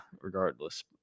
regardless